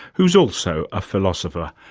who's also a philosopher.